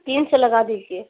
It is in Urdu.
تین سو لگا دیجیے